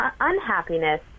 unhappiness